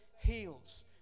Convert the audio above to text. heals